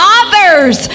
others